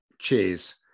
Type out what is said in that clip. Cheers